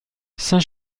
saint